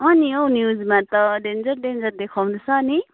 अँ नि हौ न्युजमा त डेन्जर डेन्जर देखाउँदैछ नि